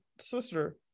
sister